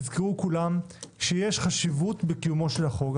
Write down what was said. תזכרו כולם שיש חשיבות לקיומו של החוק הזה.